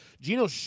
Geno